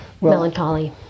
melancholy